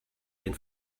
den